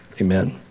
amen